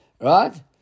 Right